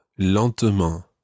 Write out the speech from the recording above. lentement